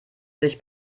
sich